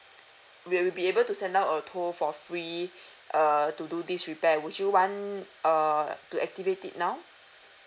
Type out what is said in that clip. we we'll be able to send out a tow for free err to do this repair would you want err to activate it now